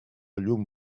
llum